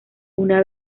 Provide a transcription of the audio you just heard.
una